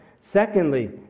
Secondly